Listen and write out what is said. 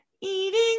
eating